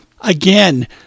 Again